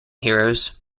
heroes